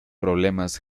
problemas